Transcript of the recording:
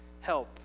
help